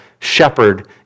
shepherd